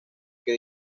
que